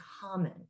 common